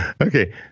Okay